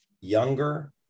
younger